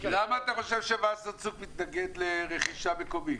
למה אתה חושב שוסרצוג מתנגד לרכש מקומי?